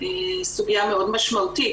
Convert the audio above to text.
סוגיה מאוד משמעותית,